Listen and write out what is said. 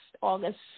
August